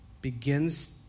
Begins